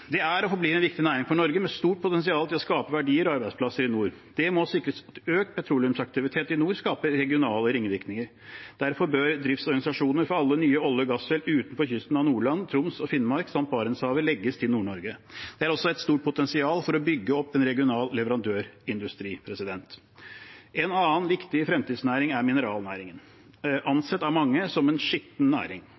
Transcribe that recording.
Det er og forblir en viktig næring for Norge, med stort potensial til å skape verdier og arbeidsplasser i nord. Økt petroleumsaktivitet i nord skaper regionale ringvirkninger. Derfor bør driftsorganisasjoner for alle nye olje- og gassfelt utenfor kysten av Nordland, Troms og Finnmark samt Barentshavet legges til Nord-Norge. Det er også et stort potensial for å bygge opp en regional leverandørindustri. En annen viktig fremtidsnæring er mineralnæringen,